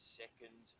second